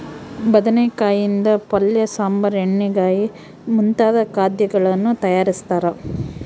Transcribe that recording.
ಬದನೆಕಾಯಿ ಯಿಂದ ಪಲ್ಯ ಸಾಂಬಾರ್ ಎಣ್ಣೆಗಾಯಿ ಮುಂತಾದ ಖಾದ್ಯಗಳನ್ನು ತಯಾರಿಸ್ತಾರ